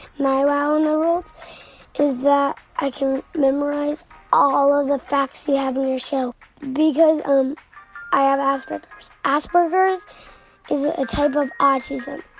my wow in the world is that i can memorize all of the facts you have on your show because um i have asperger's. asperger's is a type of autism.